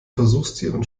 versuchstieren